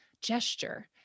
gesture